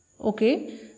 Okay